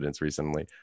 recently